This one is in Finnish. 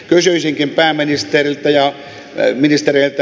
kysyisinkin pääministeriltä ja ministereiltä